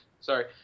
sorry